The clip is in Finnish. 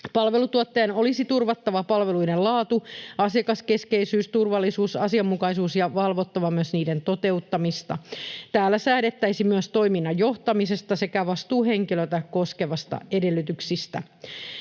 Palveluntuottajan olisi turvattava palveluiden laatu, asiakaskeskeisyys, turvallisuus ja asianmukaisuus ja myös valvottava niiden toteutumista. Tällä säädettäisiin toiminnan johtamista sekä vastuuhenkilöä koskevista edellytyksistä.